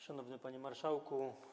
Szanowny Panie Marszałku!